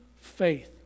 faith